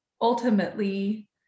ultimately